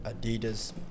Adidas